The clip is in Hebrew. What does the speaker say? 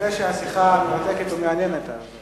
זה שהשיחה מרתקת ומעניינת, אז,